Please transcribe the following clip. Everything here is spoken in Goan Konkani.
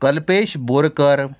कल्पेश बोरकर